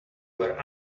where